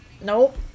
Nope